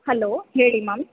hello ಹೇಳಿ ma'am